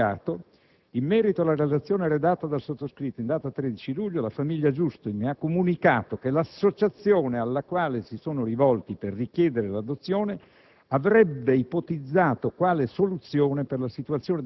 Precisamente, risulta da un documento, che è in allegato, quanto segue: «in merito alla relazione redatta dal sottoscritto in data 13 luglio, la famiglia Giusto mi ha comunicato che l'associazione alla quale si sono rivolti per richiedere l'adozione